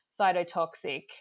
cytotoxic